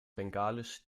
bengalisch